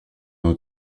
nos